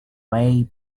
way